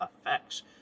effects